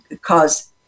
cause